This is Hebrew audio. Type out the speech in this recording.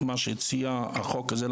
מה שהציע החוק הזה,